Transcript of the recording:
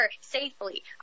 safely